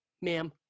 ma'am